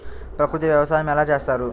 ప్రకృతి వ్యవసాయం ఎలా చేస్తారు?